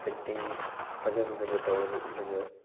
painting ꯐꯖ ꯐꯖꯕ ꯇꯧꯔꯒ ꯎꯠꯂꯒ